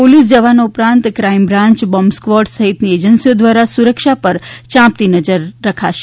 police જવાનો ઉપરાંત crime branch bomb squad સહિતની એજન્સીઓ દ્વારા સુરક્ષા પર ચાંપતી નજર રખાશે